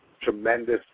tremendous